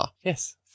yes